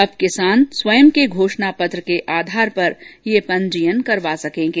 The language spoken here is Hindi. अब किसान स्वयं के घोषणा पत्र के आधार पर ये पंजीयन करा सकेंगे